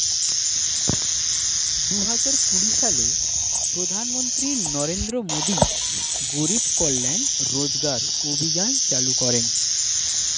দুহাজার কুড়ি সালে প্রধানমন্ত্রী নরেন্দ্র মোদী গরিব কল্যাণ রোজগার অভিযান চালু করেন